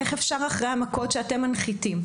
איך אפשר אחרי המכות שאתם מנחיתים,